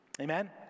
Amen